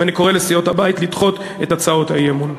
ואני קורא לסיעות הבית לדחות את הצעות האי-אמון.